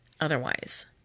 otherwise